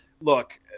Look